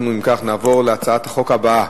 אנחנו, אם כך, נעבור להצעת החוק הבאה: